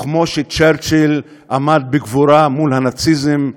וכמו שצ'רצ'יל עמד בגבורה מול הנאציזם,